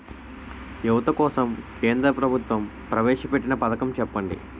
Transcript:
యువత కోసం కేంద్ర ప్రభుత్వం ప్రవేశ పెట్టిన పథకం చెప్పండి?